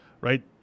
right